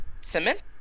cement